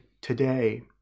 today